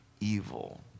evil